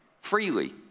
freely